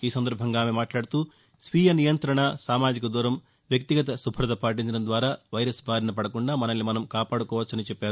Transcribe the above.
ఈ సందర్బంగా ఆమె మాట్లాడుతూ స్వీయ నియంతణ సామాజిక దూరం వ్యక్తిగత శుభ్రత పాటించడం ద్వారా వైరస్ బారిన పడకుండా మనల్ని మనం కాపాడుకోవచ్చని చెప్పారు